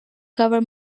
cover